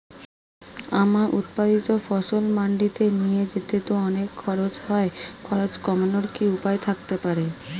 আমার উৎপাদিত ফসল মান্ডিতে নিয়ে যেতে তো অনেক খরচ হয় খরচ কমানোর কি উপায় থাকতে পারে?